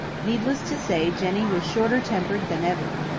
needless to say jenny was shorter-tempered than ever.